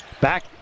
Back